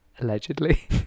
allegedly